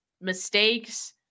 mistakes